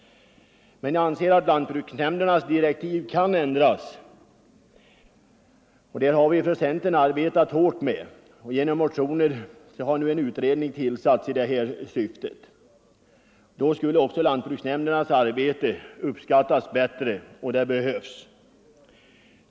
Jag anser att lantbruksnämndernas direktiv bör ändras. Då skulle också lantbruksnämndernas arbete uppskattas bättre, och det behövs. Denna fråga har centern arbetat hårt med, och genom motioner har nu en utredning tillsatts i detta syfte.